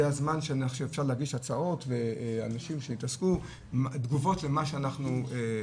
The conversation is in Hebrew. זה הזמן שאפשר להגיש הצעות ואנשים שהתעסקו ותגובות למה שאנחנו רוצים.